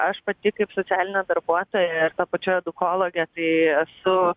aš pati kaip socialinė darbuotoja ir tuo pačiu edukologė tai esu